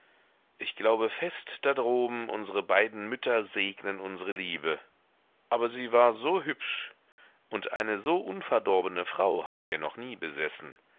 ich glaube fest da droben unsre beiden mütter segnen unsre liebe aber sie war so hübsch und eine so unverdorbene frau hatte er noch nie besessen